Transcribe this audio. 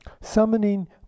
summoning